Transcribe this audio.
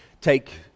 take